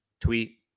tweet